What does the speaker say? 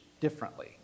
differently